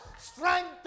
strength